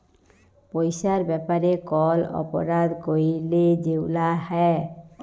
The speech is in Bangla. পইসার ব্যাপারে কল অপরাধ ক্যইরলে যেগুলা হ্যয়